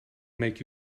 make